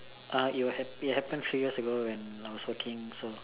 uh it will happen it happened a few years ago when I was working so